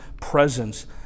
presence